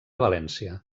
valència